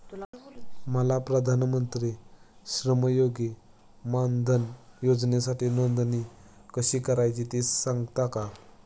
मला प्रधानमंत्री श्रमयोगी मानधन योजनेसाठी नोंदणी कशी करायची ते सांगता का?